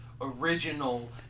original